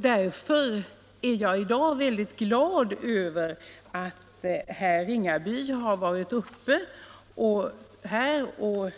Därför är jag i dag mycket glad över att herr Ringaby